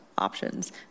options